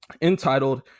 entitled